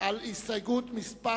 על הסתייגות מס'